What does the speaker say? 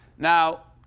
now,